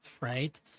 right